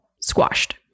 squashed